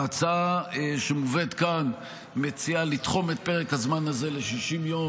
ההצעה שמובאת כאן מציעה לתחום את פרק הזמן הזה ל-60 ימים.